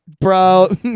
bro